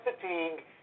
fatigue